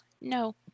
no